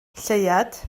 lleuad